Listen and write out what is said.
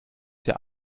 der